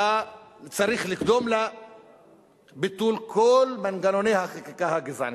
צריך לקדום לו ביטול כל מנגנוני החקיקה הגזענית.